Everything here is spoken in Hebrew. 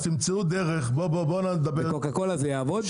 אז תמצאו דרך --- בקוקה קולה זה יעבוד?